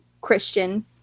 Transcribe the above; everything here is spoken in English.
Christian